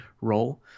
role